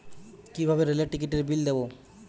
কিভাবে রেলের টিকিটের বিল দেবো?